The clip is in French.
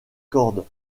cordes